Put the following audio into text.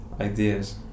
ideas